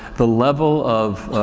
the level of,